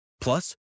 Plus